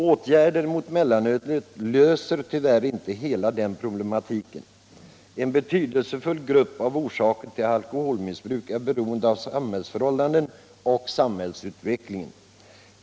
Åtgärder mot mellanölet löser tyvärr inte hela den problematiken. En betydelsefull grupp av orsaker till alkoholmissbruk är beroende av samhällsförhållandena och samhällsutvecklingen.